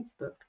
Facebook